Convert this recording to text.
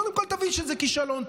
קודם כול תבין שזה כישלון,